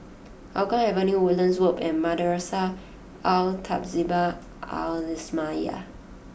Hougang Avenue Woodlands Loop and Madrasah Al Tahzibiah Al Islamiah